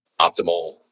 optimal